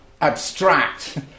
abstract